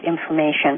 information